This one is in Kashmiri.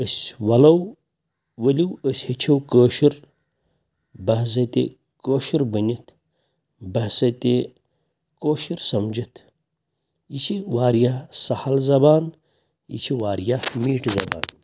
أسۍ چھِ وَلَو ؤلِو أسۍ ہیٚچھَو کٲشُر بَحثَتہِ کٲشُر بٔنِتھ بَحثَتہِ کٲشُر سَمجِتھ یہِ چھِ واریاہ سَہَل زَبان یہِ چھِ واریاہ میٖٹھۍ زَبان